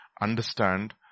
understand